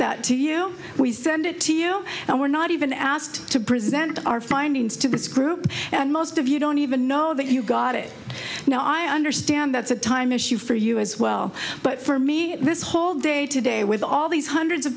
that to you we send it to you and we're not even asked to present our findings to this group and most of you don't even know that you got it now i understand that's a time issue for you as well but for me this whole day to day with all these hundreds of